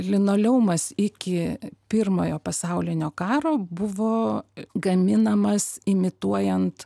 linoleumas iki pirmojo pasaulinio karo buvo gaminamas imituojant